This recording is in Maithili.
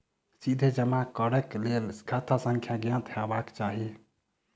सीधे जमा करैक लेल खाता संख्या ज्ञात हेबाक चाही